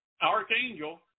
archangel